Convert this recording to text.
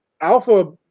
Alpha